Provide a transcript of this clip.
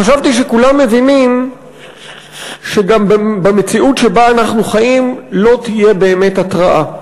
חשבתי שכולם מבינים שגם במציאות שבה אנחנו חיים לא תהיה באמת התרעה,